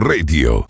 Radio